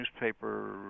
newspaper